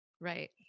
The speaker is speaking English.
right